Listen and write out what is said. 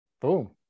boom